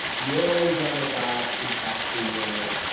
your age on the dot, exactly your age.